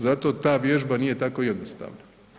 Zato ta vježba nije tako jednostavna.